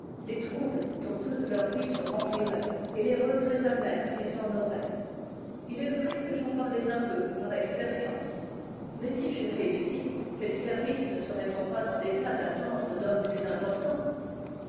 les troubles dont toute leur vie se remplirait et les regrets amers qu'ils en auraient il est vrai que j'en parlais un peu par expérience mais si j'ai réussi quels services ne serait-on pas en état d'attendre d'hommes plus importants